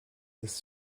this